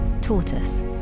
Tortoise